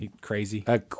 crazy